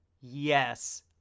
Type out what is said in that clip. Yes